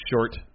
Short